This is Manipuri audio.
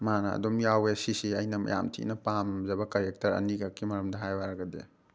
ꯃꯥꯅ ꯑꯗꯨꯝ ꯌꯥꯎꯋꯦ ꯁꯤꯁꯤ ꯑꯩꯅ ꯌꯥꯝ ꯊꯤꯅ ꯄꯥꯝꯖꯕ ꯀꯔꯦꯛꯇꯔ ꯑꯅꯤꯈꯛꯀꯤ ꯃꯔꯝꯗ ꯍꯥꯏꯌꯨ ꯍꯥꯏꯔꯒꯗꯤ